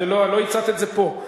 לא הצעת את זה פה.